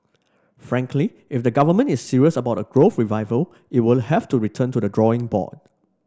frankly if the government is serious about a growth revival it will have to return to the drawing board